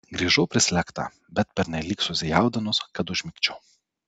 grįžau prislėgta bet pernelyg susijaudinus kad užmigčiau